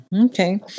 Okay